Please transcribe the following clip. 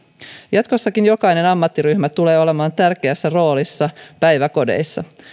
jatkossakin jokainen ammattiryhmä tulee olemaan tärkeässä roolissa päiväkodeissa